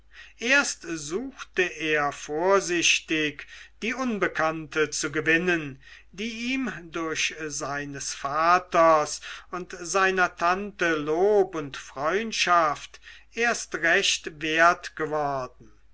erst suchte er vorsichtig die unbekannte zu gewinnen die ihm durch seines vaters und seiner tante lob und freundschaft erst recht wert geworden